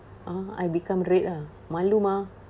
uh I become red lah malu mah